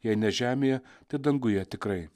jei ne žemėje tai danguje tikrai